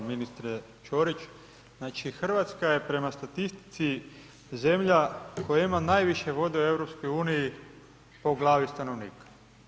Ministre Čorić, znači Hrvatska je prema statistici zemlja koja ima najviše vode u EU-u po glavi stanovnika.